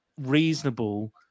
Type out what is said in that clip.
reasonable